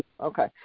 Okay